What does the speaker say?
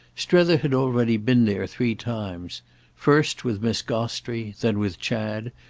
strether had already been there three times first with miss gostrey, then with chad,